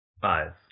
Five